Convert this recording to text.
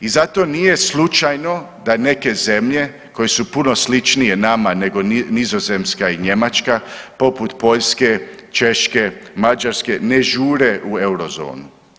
I zato nije slučajno da neke zemlje koje su puno sličnije nama nego Nizozemska i Njemačka poput Poljske, Češke, Mađarske ne žure u euro zonu.